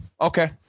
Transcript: okay